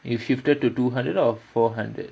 if shifted to two hundred or four hundred